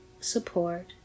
support